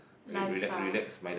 lifestyle